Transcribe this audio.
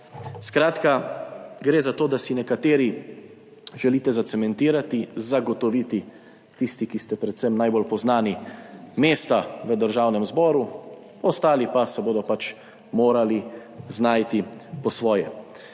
Skratka gre za to, da si nekateri želite zacementirati, zagotoviti, tisti, ki ste predvsem najbolj poznani, mesta v Državnem zboru, ostali pa se bodo pač morali znajti po svoje.